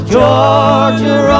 Georgia